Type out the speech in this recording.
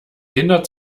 kinder